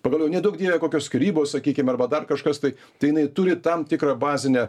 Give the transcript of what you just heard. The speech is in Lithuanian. pagaliau neduok dieve kokios skyrybos sakykim arba dar kažkas tai tai jinai turi tam tikrą bazinę